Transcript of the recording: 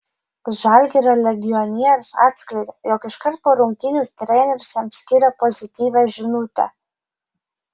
žalgirio legionierius atskleidė jog iškart po rungtynių treneris jam skyrė pozityvią žinutę